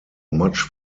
much